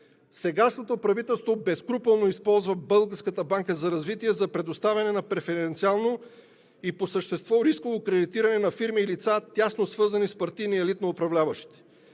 Сегашното правителство безскрупулно използва Българската банка за развитие за предоставяне на преференциално и по същество рисково кредитиране на фирми и лица, тясно свързани с партийния елит на управляващите.